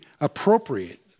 appropriate